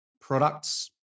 products